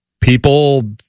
people